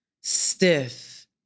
stiff